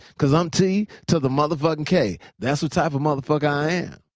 because i'm t to the motherfucking k. that's the type of motherfucker i am.